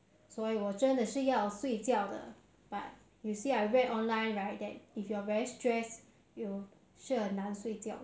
can tame it down ya cool water or the environment is cool enough